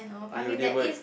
yo they were